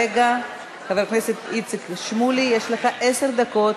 חבר הכנסת איציק שמולי, יש לך עשר דקות